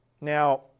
Now